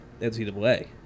NCAA